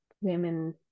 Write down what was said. women